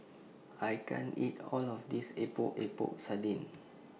I can't eat All of This Epok Epok Sardin